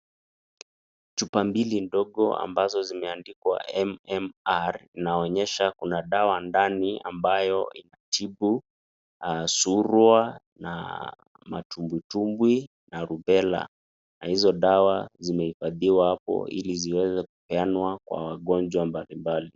Chupa mbili ndogo ambayo imeandikwa MMR, inaonyesha kuna dawa ndani ambayo inatibu surua na matumbwi tumbwi na rubella na hizo dawa zimehifadhiwa hapo ili ziweze kupeanwa kwa wagonjwa mbali mbali.